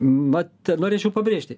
vat norėčiau pabrėžti